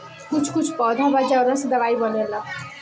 कुछ कुछ पौधा बा जावना से दवाई बनेला